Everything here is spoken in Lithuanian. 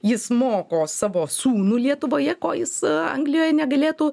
jis moko savo sūnų lietuvoje ko jis anglijoj negalėtų